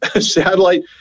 satellite